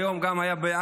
היום היה גם בעכו,